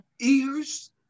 ears